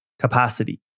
capacity